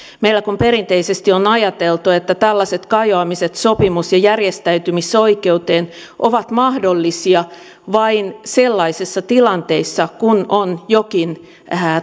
meillä kun perinteisesti on ajateltu että tällaiset kajoamiset sopimus ja järjestäytymisoikeuteen ovat mahdollisia vain sellaisissa tilanteissa kun on jokin